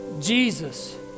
Jesus